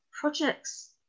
projects